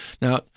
Now